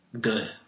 good